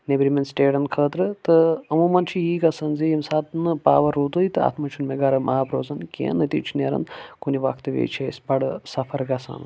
نیٚبرِمٮ۪ن سِٹیٹن خٲطرٕ تہٕ عموٗمَن چھِ یہِ گژھان زِ ییٚمہِ ساتہٕ نہٕ پاوَر روٗدُے تہٕ اَتھ منٛز چھُنہٕ مےٚ گَرم آب روزَن کینٛہہ نٔتیٖجہِ چھُ نیران کُنہِ وقتہٕ وِزِ چھِ أسۍ بَڑٕ سَفر گَژھان